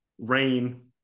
rain